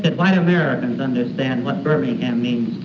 but white americans understand what birmingham means